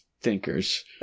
thinkers